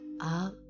up